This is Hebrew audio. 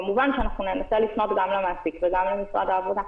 כמובן שננסה לפנות גם למעסיק וגם למשרד העבודה.